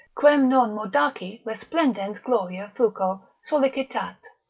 quem non mordaci resplendens gloria fuco solicitat,